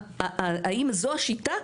אבל האם זו השיטה?